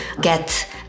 get